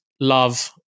love